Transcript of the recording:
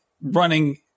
running